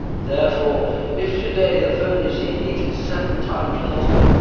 therefore if today the furnace he heated seven times hotter,